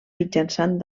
mitjançant